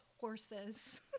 horses